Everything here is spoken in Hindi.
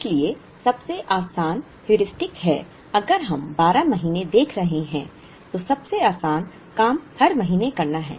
इसलिए सबसे आसान हेयुरिस्टिक है अगर हम 12 महीने देख रहे हैं तो सबसे आसान काम हर महीने करना है